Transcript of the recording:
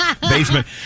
basement